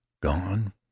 Gone